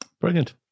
Brilliant